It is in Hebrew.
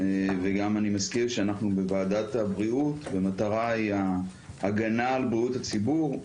אני גם מזכיר שאנחנו בוועדת הבריאות והמטרה היא הגנה על בריאות הציבור,